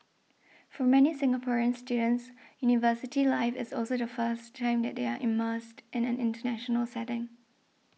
for many Singaporean students university life is also the first time that they are immersed in an international setting